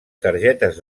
targetes